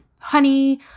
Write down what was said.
honey